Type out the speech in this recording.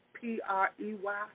P-R-E-Y